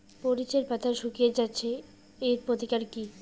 মরিচের পাতা শুকিয়ে যাচ্ছে এর প্রতিকার কি?